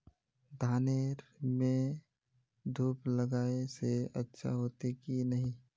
धानेर में धूप लगाए से अच्छा होते की नहीं?